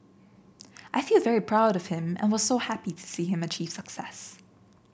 I feel very proud of him and was so happy to see him achieve success